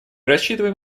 рассчитываем